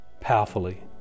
powerfully